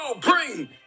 bring